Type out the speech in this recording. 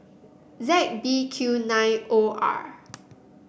Z B Q nine O R